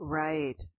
right